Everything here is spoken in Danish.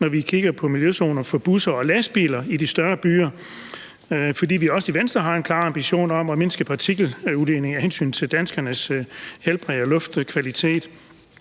når vi kigger på miljøzoner for busser og lastbiler i de større byer, fordi vi også i Venstre har en klar ambition om at mindske partikeludledningen af hensyn til danskernes helbred og luftkvalitet.